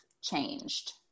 changed